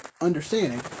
understanding